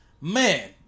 man